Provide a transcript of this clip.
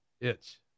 itch